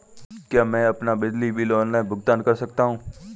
क्या मैं अपना बिजली बिल ऑनलाइन भुगतान कर सकता हूँ?